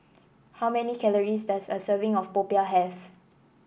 how many calories does a serving of popiah have